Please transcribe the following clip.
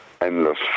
endless